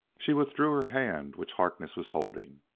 she withdrew her hand which harkness was holding.